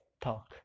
talk